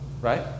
right